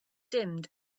dimmed